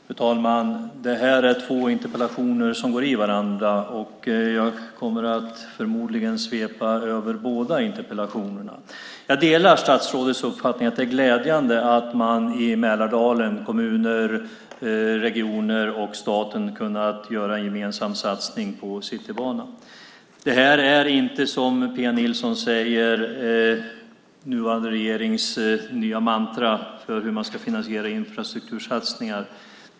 Fru talman! Den interpellation som vi debatterar nu och nästa interpellation går i varandra. Jag kommer förmodligen att svepa över båda interpellationerna. Jag delar statsrådets uppfattning att det är glädjande att man - kommuner, regioner och staten - i Mälardalen kunnat göra en gemensam satsning på Citybanan. Detta är inte, som Pia Nilsson säger, den nuvarande regeringens nya mantra i fråga om hur man ska finansiera infrastruktursatsningar.